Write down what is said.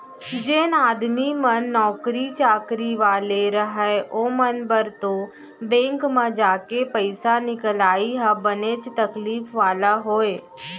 जेन आदमी मन नौकरी चाकरी वाले रहय ओमन बर तो बेंक म जाके पइसा निकलाई ह बनेच तकलीफ वाला होय